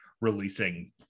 releasing